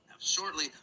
shortly